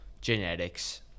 genetics